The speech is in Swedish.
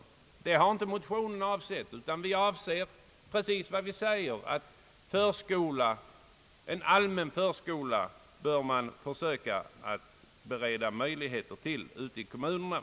Det har vi inte avsett med motionen, utan vi avser precis vad som där sägs, nämligen att man bör söka bereda möjligheter att inrätta en allmän förskola ute i kommunerna.